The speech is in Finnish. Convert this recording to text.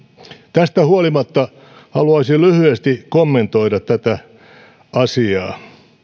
tästä huolimatta haluaisin lyhyesti kommentoida tätä asiaa